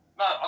no